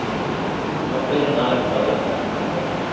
ಹ್ಞೂ ಮಕ್ಕಳಿಗೆ ನಾಲ್ಕು ಸಾವಿರ ಚಾರ್ಜ್ ಮಾಡ್ತೇವೆ